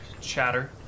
chatter